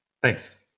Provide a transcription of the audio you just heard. Thanks